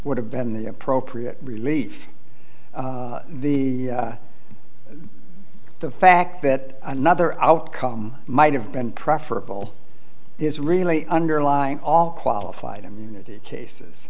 would have been the appropriate relief the the fact that another outcome might have been preferable is really underlying all qualified immunity cases